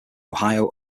ohio